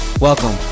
Welcome